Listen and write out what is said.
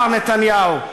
מר נתניהו.